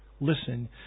Listen